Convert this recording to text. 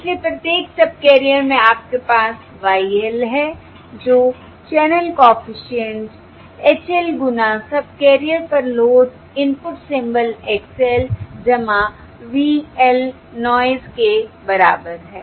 इसलिए प्रत्येक सबकैरियर में आपके पास Y l है जो चैनल कॉफिशिएंट H l गुना सबकैरियर पर load input symbol X l V l noise के बराबर है